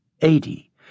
eighty